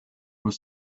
was